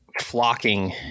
flocking